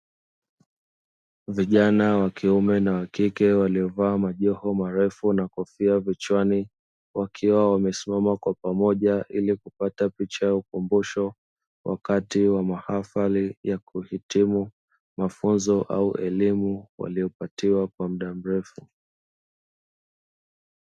Vijana wakiume na wakike waliovaa majoho marefu na kofia kichwani, wakiwa wamesimama kwa pamoja ili kupata picha ya ukumbusho wakati wa mahafali ya kuitimu mafunzo au elimu; waliyopatiwa kwa muda mrefu.